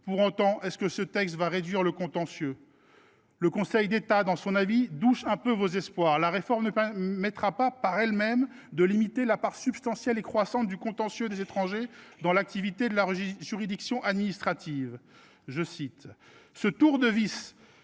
Pour autant, ce texte va t il réduire le contentieux ? Le Conseil d’État, dans son avis, douche un peu vos espoirs :« La réforme ne permettra pas, par elle même, de limiter la part substantielle et croissante du contentieux des étrangers dans l’activité de la juridiction administrative. »